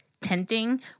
tenting